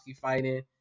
fighting